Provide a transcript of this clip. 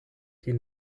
die